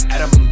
Adam